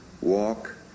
walk